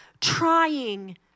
trying